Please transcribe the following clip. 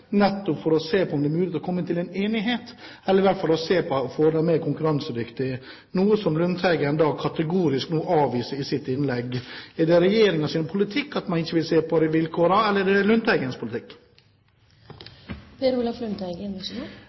nettopp for å se på om det er mulig å komme til en enighet, eller i hvert fall se på om man kan få dem mer konkurransedyktige, noe som Lundteigen nå kategorisk avviser i sitt innlegg. Er det regjeringens politikk at man ikke vil se på de vilkårene, eller er det Lundteigens politikk? For å ta det siste først – nettolønnsordninga. Det er